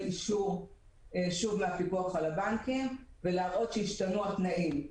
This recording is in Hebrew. אישור מהפיקוח על הבנקים ולהראות שהשתנו התנאים.